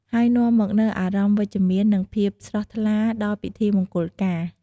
ហើយនាំមកនូវអារម្មណ៍វិជ្ជមាន និងភាពស្រស់ថ្លាដល់ពិធីមង្គលការ។